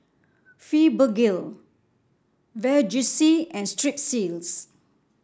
Fibogel Vagisil and Strepsils